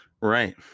Right